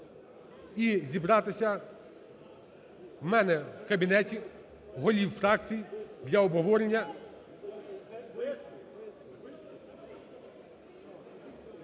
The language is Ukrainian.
І зібратися в мене в кабінеті голів фракцій для обговорення…